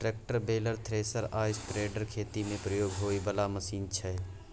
tractor, baler, thresher आ spreader खेती मे प्रयोग होइ बला मशीन छै